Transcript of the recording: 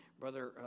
brother